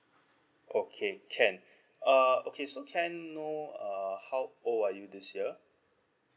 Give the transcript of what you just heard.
okay can uh okay so can I know uh how old are you this year